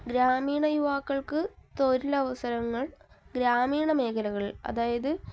ഗ്രാമീണ യുവാക്കൾക്ക് തൊഴിലവസരങ്ങൾ ഗ്രാമീണമേഖലകളിൽ അതായത്